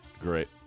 Great